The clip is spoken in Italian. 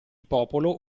popolo